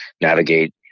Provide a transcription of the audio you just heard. navigate